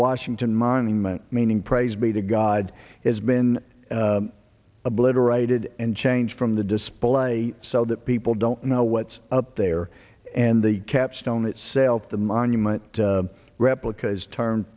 washington monument meaning praise be to god has been obliterated and changed from the display so that people don't know what's up there and the capstone itself the monument replicas tarm